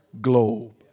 globe